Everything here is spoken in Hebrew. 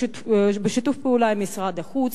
בשיתוף פעולה עם משרד החוץ,